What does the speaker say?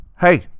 Hey